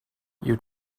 you